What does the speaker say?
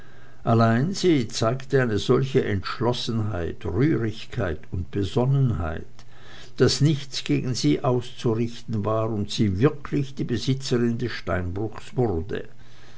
allein sie zeigte eine solche entschlossenheit rührigkeit und besonnenheit daß nichts gegen sie auszurichten war und sie wirklich die besitzerin des steinbruches wurde